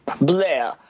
Blair